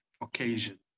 occasion